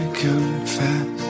confess